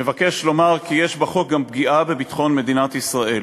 אני מבקש לומר כי יש בחוק גם פגיעה בביטחון מדינת ישראל.